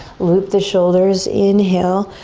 loop the shoulders, inhale,